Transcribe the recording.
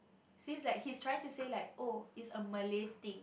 see it's like he is trying to say like oh it's a Malay thing